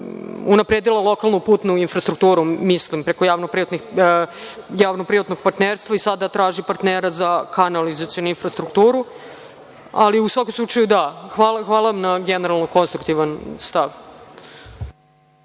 unapredila lokalnu putnu infrastrukturu, mislim, preko javno-privatnog partnerstva i sada traži partnera za kanalizacionu infrastrukturu. U svakom slučaju hvala vam na generalno konstruktivnom stavu.